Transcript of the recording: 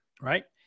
right